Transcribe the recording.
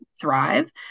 thrive